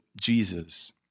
Jesus